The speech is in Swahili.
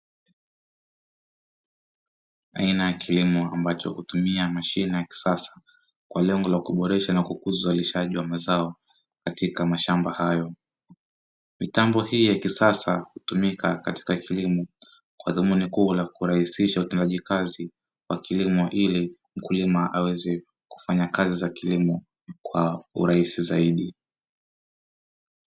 Aina ya kilimo ambacho hutumia mashine ya kisasa kwa lengo la kuboresha na kukuza uzalishaji wa mazao katika mashamba hayo. Mitambo hii ya kisasa hutumika katika kilimo kwa dhumuni kuu la kurahisisha utendaji kazi wa kilimo ili mkulima aweze kiufanya kazi za kilimo kwa urahisi zaidi.